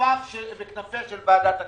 בכנפיה של ועדת הכספים.